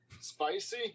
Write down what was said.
spicy